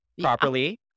properly